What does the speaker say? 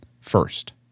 first